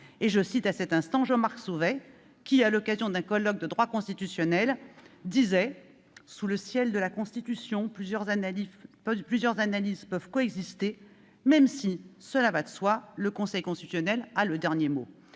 Et je cite à cet égard Jean-Marc Sauvé qui soulignait, à l'occasion d'un colloque de droit constitutionnel :« Sous le ciel de la Constitution, plusieurs analyses [...] peuvent donc coexister, même si, cela va de soi, le Conseil constitutionnel a le dernier mot.